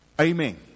Amen